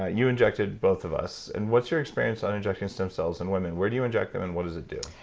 ah you injected both of us, and what's your experience on injecting stem cells in women? where do you inject them and what does it do?